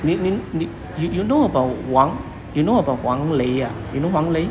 你你你 you you know about 王 you know about 王雷 ah you know 王雷